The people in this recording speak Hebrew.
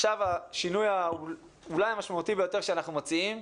השינוי אולי המשמעותי ביותר שאנחנו מציעים,